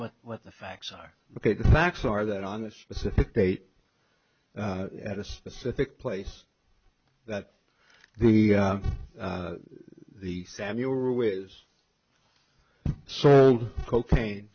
what what the facts are facts are that on a specific date at a specific place that the the samuel rule is so cocaine